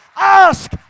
Ask